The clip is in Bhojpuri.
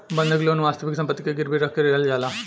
बंधक लोन वास्तविक सम्पति के गिरवी रख के लिहल जाला